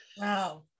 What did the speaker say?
Wow